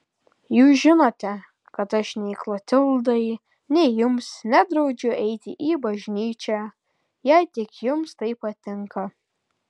jūs žinote kad aš nei klotildai nei jums nedraudžiu eiti į bažnyčią jei tik jums tai patinka